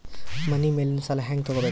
ಮನಿ ಮೇಲಿನ ಸಾಲ ಹ್ಯಾಂಗ್ ತಗೋಬೇಕು?